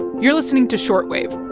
you're listening to short wave